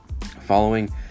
Following